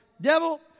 devil